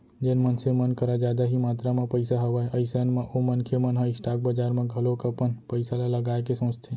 जेन मनसे मन कर जादा ही मातरा म पइसा हवय अइसन म ओ मनखे मन ह स्टॉक बजार म घलोक अपन पइसा ल लगाए के सोचथे